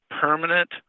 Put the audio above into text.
permanent